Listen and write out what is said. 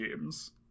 games